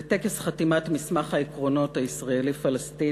בטקס חתימת מסמך העקרונות הישראלי-פלסטיני,